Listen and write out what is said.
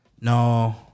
No